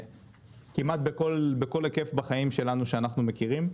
כמעט בכל הכיף בחיים שלנו שאנחנו מכירים.